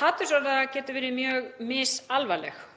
Hatursorðræða getur verið mjög misalvarleg